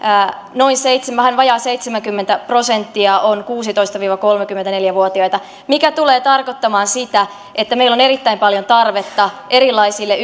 vähän vajaa seitsemänkymmentä prosenttia on kuusitoista viiva kolmekymmentäneljä vuotiaita mikä tulee tarkoittamaan sitä että meillä on erittäin paljon tarvetta erilaisille